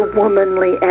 womanly